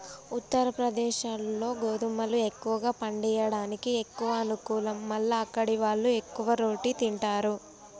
ఉత్తరప్రదేశ్లో గోధుమలు ఎక్కువ పండియడానికి ఎక్కువ అనుకూలం మల్ల అక్కడివాళ్లు ఎక్కువ రోటి తింటారు